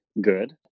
good